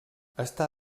està